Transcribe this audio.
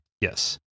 Yes